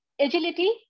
agility